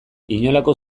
inolako